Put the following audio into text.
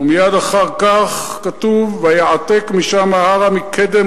ומייד אחר כך כתוב: ויעתק משם ההרה מקדם